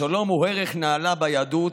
השלום הוא ערך נעלה ביהדות.